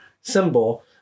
symbol